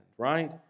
Right